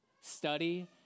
study